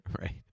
Right